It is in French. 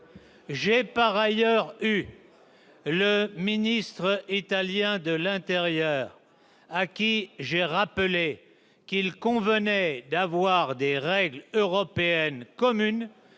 au téléphone avec le ministre italien de l'intérieur, à qui j'ai rappelé qu'il convenait d'avoir des règles européennes communes